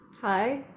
Hi